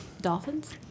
Dolphins